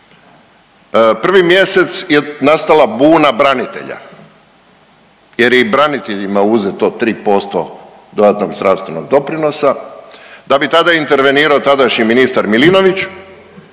Prvi mjesec je nastala buna branitelja jer i braniteljima je uzeto 3% dodatnog zdravstvenog doprinosa da bi tada intervenirao tadašnji ministar Milinović